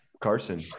Carson